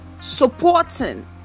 supporting